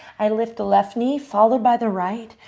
i lift the left knee, followed by the right.